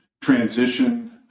transition